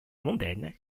mondaine